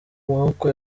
maboko